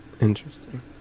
Interesting